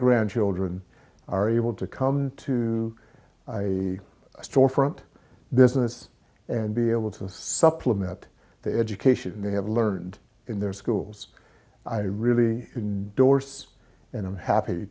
grandchildren are able to come to my storefront business and be able to supplement the education they have learned in their schools i really and dorce and i'm happy